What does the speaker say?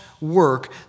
work